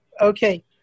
Okay